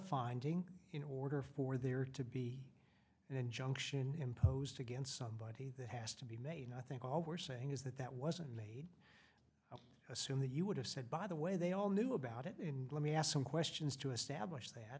finding in order for there to be an injunction imposed against somebody that has to be made i think all we're saying is that that wasn't made assume that you would have said by the way they all knew about it let me ask some questions to establish that